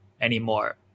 anymore